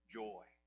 joy